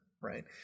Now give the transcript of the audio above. right